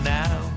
now